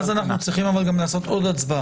אז אנחנו צריכים לעשות עוד הצבעה.